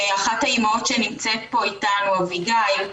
אחת האימהות שנמצאת פה איתנו אביגיל,